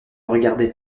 regardait